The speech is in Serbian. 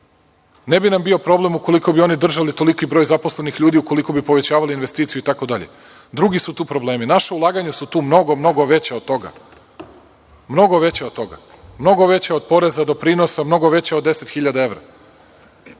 Ne bi nam bio problem ukoliko bi oni držali toliki broj zaposlenih ljudi ukoliko bi povećavali investicije, itd. Drugi su tu problemi. Naša ulaganja su tu mnogo, mnogo veća od toga, mnogo veća od toga, mnogo veća od poreza, doprinosa, mnogo veća od 10.000 evra. Što